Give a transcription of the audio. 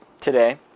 today